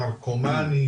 נרקומנים,